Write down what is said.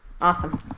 Awesome